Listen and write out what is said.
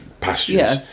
pastures